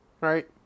Right